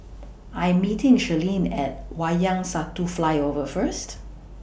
I'm meeting Shirleen At Wayang Satu Flyover First